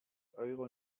euro